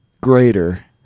greater